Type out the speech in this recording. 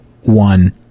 one